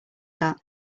that